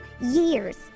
years